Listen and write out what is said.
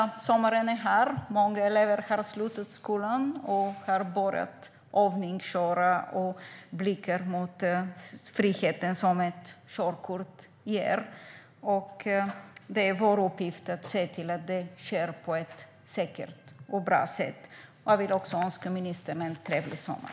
Sommaren är här. Många elever har slutat skolan och har börjat övningsköra och blickar mot den frihet som ett körkort ger. Det är vår uppgift att se till att det sker på ett säkert och bra sätt. Jag vill också önska ministern en trevlig sommar.